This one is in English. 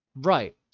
Right